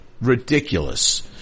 ridiculous